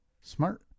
Smart